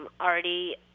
already